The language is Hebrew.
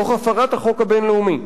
תוך הפרת החוק הבין-לאומי.